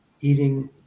eating